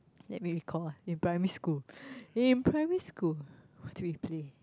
let me recall in primary school in primary school what did we play